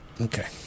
Okay